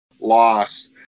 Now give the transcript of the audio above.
loss